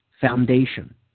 Foundation